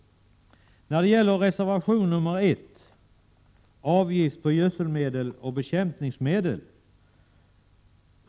Reservation 1 gäller avgift på gödselmedel och bekämpningsmedel.